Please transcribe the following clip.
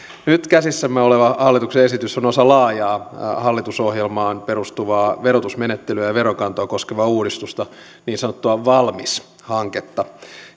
nyt käsissämme oleva hallituksen esitys on osa laajaa hallitusohjelmaan perustuvaa verotusmenettelyä ja veronkantoa koskevaa uudistusta niin sanottua valmis hanketta